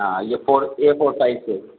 ہاں یہ four A four size کے